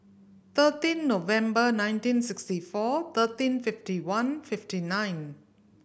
thirteen Noveber nineteen sixty four thirteen fifty one fifty nine